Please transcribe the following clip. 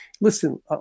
listen